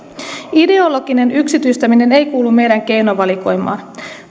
ideologinen yksityistäminen ei kuulu meidän keinovalikoimaamme